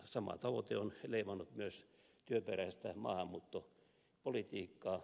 sama tavoite on leimannut myös työperäistä maahanmuuttopolitiikkaa